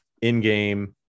in-game